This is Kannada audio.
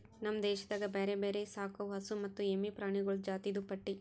ನಮ್ ದೇಶದಾಗ್ ಬ್ಯಾರೆ ಬ್ಯಾರೆ ಸಾಕವು ಹಸು ಮತ್ತ ಎಮ್ಮಿ ಪ್ರಾಣಿಗೊಳ್ದು ಜಾತಿದು ಪಟ್ಟಿ